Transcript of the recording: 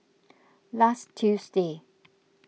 last Tuesday